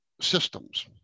systems